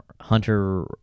Hunter